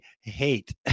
hate